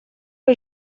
que